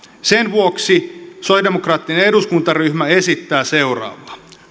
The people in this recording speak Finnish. sen vuoksi sosialidemokraattinen eduskuntaryhmä esittää seuraavaa